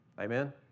Amen